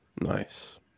Nice